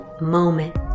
moment